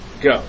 go